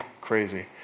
crazy